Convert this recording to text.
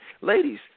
Ladies